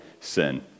sin